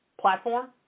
platform